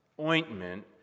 ointment